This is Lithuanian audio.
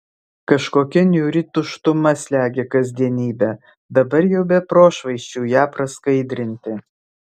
kažkokia niūri tuštuma slegia kasdienybę dabar jau be prošvaisčių ją praskaidrinti